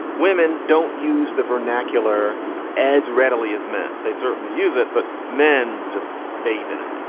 women don't use the vernacular as readily as men. they certainly use it, but men just bathe in it.